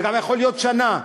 זה גם יכול להיות שנה.